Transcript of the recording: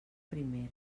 primera